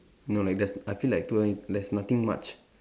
no like just I feel like two thousand eight there's nothing much